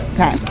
Okay